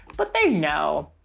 but they know,